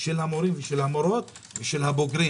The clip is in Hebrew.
של המורים ושל המורות ושל הבוגרים.